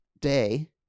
Day